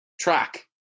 track